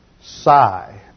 sigh